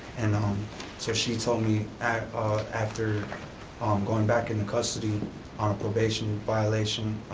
and um so she told me after um going back into custody on a probation violation,